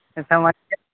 سمجھیے